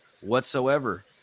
whatsoever